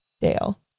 Dale